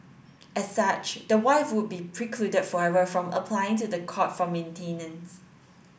as such the wife would be precluded forever from applying to the court for maintenance